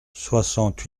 soixante